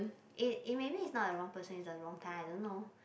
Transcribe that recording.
it it maybe it's not the wrong person is the wrong time I don't know